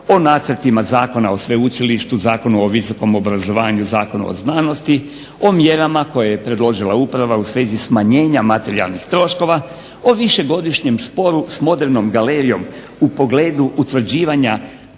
o nacrtima Zakona o sveučilištu, Zakona o visokom obrazovanju, Zakona o znanosti, o mjerama koje je predložila uprava u svezi smanjenja materijalnih troškova, o višegodišnjem sporu s modernom galerijom u pogledu utvrđivanja